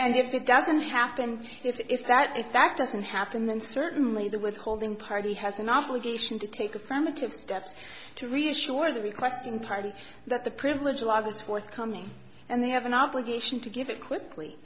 and if it doesn't happen if that if that doesn't happen then certainly the withholding party has an obligation to take affirmative steps to reassure the requesting party that the privilege alive is forthcoming and they have an obligation to give it quickly